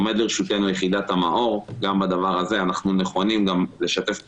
עומדת לרשותנו יחידת המאור וגם בדבר הזה אנחנו נכונים לשתף פעולה.